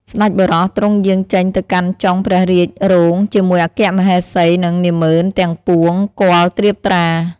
ស្តេចបុរសទ្រង់យាងចេញទៅកាន់ចុងព្រះរាជរោងជាមួយអគ្គមហេសី និងនាហ្មឺនទាំងពួងគាល់ត្រៀបត្រា។